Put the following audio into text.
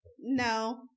no